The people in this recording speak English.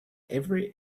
every